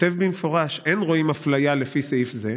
כתוב במפורש: "אין רואים הפליה לפי סעיף זה,